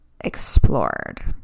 explored